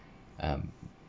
um